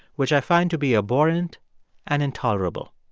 which i find to be abhorrent and intolerable.